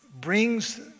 brings